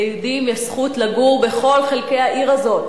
ליהודים יש זכות לגור בכל חלקי העיר הזאת,